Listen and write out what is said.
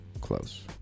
Close